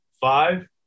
five